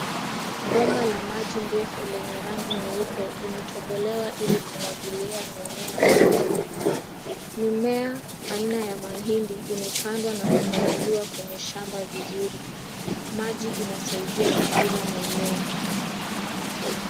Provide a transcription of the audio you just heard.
Bomba la maji ndefu lenye rangi nyeupe, imetobolewa ili kumwagilia mimea maji. Mimea aina ya mahindi imepandwa na kupaliliwa kwenye shamba vizuri. Maji inasaidia kukuza mimea.